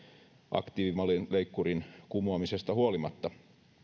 aktiivimallin leikkurin kumoamisesta huolimatta